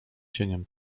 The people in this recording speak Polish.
cieniem